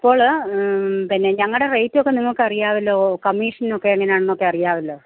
അപ്പോൾ പിന്നെ ഞങ്ങളുടെ റേറ്റ് ഒക്കെ നിങ്ങൾക്കറിയാവല്ലോ കമ്മീഷനൊക്കെ എങ്ങനാണെന്നൊക്കെ അറിയാവല്ലോ